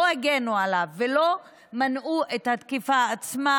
הגנו עליו ולא מנעו את התקיפה עצמה.